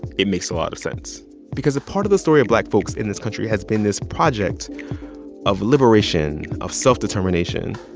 it makes a lot of sense because a part of the story of black folks in this country has been this project of liberation, of self-determination.